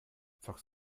zockst